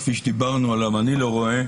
לפי מה שאני רואה,